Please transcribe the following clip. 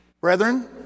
Brethren